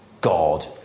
God